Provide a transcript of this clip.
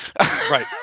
right